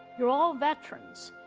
you're all veterans,